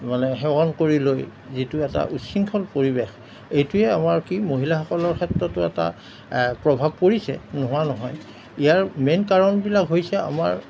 মানে সেৱন কৰি লৈ যিটো এটা উশৃংখল পৰিৱেশ এইটোৱে আমাৰ কি মহিলাসকলৰ ক্ষেত্ৰতো এটা প্ৰভাৱ পৰিছে নোহোৱা নহয় ইয়াৰ মেইন কাৰণবিলাক হৈছে আমাৰ